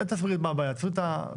אל תגיד לי מה הבעיה, אני צריך את הפתרון.